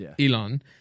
Elon